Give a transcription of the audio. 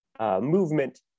movement